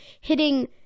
...hitting